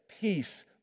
Peace